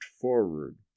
forward